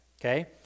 okay